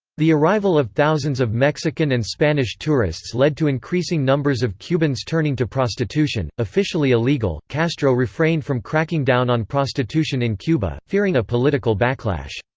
the arrival of thousands of mexican and spanish tourists led to increasing numbers of cubans turning to prostitution officially illegal, castro refrained from cracking down on prostitution in cuba, fearing a political backlash.